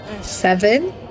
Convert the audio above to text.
Seven